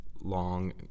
long